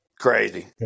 Crazy